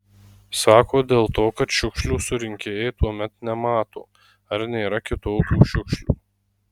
sako dėl to kad šiukšlių surinkėjai tuomet nemato ar nėra kitokių šiukšlių